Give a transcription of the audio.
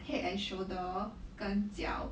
head and shoulder 跟脚